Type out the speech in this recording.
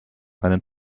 einen